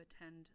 attend